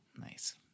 Nice